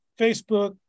Facebook